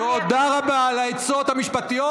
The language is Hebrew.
תודה רבה על העצות המשפטיות.